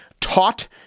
taught